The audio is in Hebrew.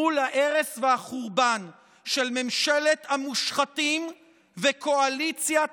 מול ההרס והחורבן של ממשלת המושחתים וקואליציית